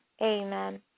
Amen